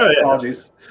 Apologies